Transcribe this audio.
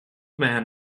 man